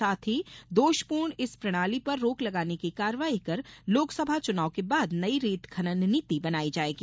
साथ ही दोष पूर्ण इस प्रणाली पर रोक लगाने की कर्रवाई कर लोकसभा चुनाव बाद नई रेत खनन नीति बनाई जाएगी